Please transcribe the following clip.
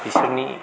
बिसोरनि